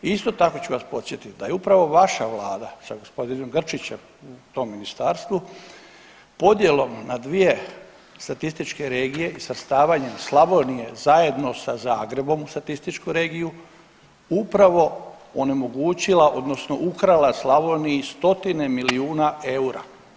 I isto tako ću vas podsjetiti da je upravo vaša vlada sa gospodinom Grčićem u tom ministarstvu podjelom na dvije statističke regije i svrstavanje Slavonije zajedno sa Zagrebom u statističku regiju upravo onemogućila odnosno ukrala Slavoniji stotine milijuna eura.